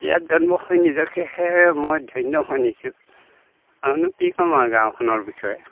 ইয়াত জন্ম হৈ নিজকহে মই ধন্য মানিছোঁ আৰুনো কি ক'ম আৰু গাঁওখনৰ বিষয়ে